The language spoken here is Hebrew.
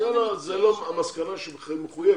זאת לא בהכרח המסקנה המחויבת.